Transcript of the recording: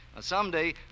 Someday